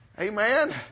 Amen